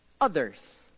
others